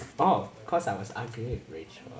orh cause I was arguing with rachel